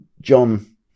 John